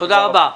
תודה רבה.